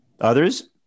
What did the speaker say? Others